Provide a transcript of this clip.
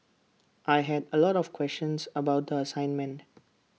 I had A lot of questions about the assignment